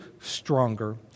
stronger